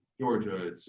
Georgia